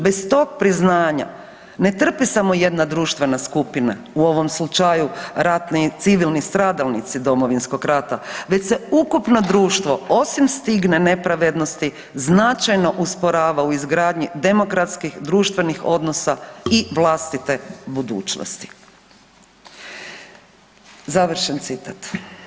Bez tog priznanja ne trpe samo jedna društvena skupina u ovom slučaju ratni civilni stradalnici Domovinskog rata, već se ukupno društvo osim stigme nepravednosti značajno usporava u izgradnji demokratskih društvenih odnosa i vlastite budućnosti.“ Završen citat.